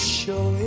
show